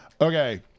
Okay